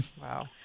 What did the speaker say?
Wow